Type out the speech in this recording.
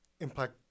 impact